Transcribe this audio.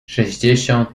sześćdziesiąt